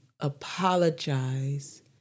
apologize